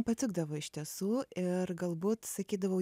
patikdavo iš tiesų ir galbūt sakydavau